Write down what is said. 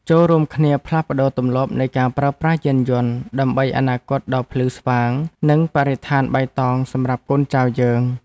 ចូររួមគ្នាផ្លាស់ប្តូរទម្លាប់នៃការប្រើប្រាស់យានយន្តដើម្បីអនាគតដ៏ភ្លឺស្វាងនិងបរិស្ថានបៃតងសម្រាប់កូនចៅយើង។